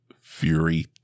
Fury